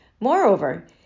Moreover